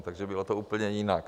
Takže bylo to úplně jinak.